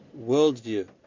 worldview